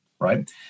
Right